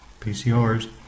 PCRs